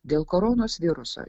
dėl koronos viruso